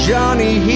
Johnny